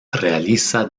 realiza